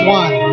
one